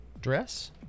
Dress